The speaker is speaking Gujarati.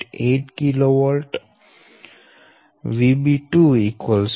8 kV VB2 13